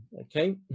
Okay